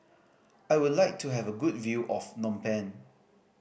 I would like to have a good view of Phnom Penh